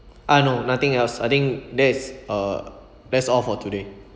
ah no nothing else I think that is uh that's all for today